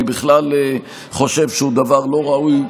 אני בכלל חושב שזה דבר לא ראוי.